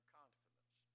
confidence